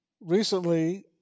recently